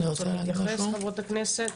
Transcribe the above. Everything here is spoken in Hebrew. אני אתן לחברות הכנסת להציג.